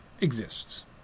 exists